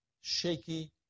shaky